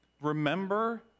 Remember